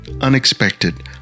unexpected